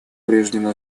прежнему